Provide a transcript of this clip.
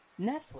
Netflix